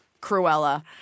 Cruella